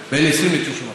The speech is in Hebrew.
ל-40% בין 20% ל-90%,